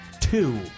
Two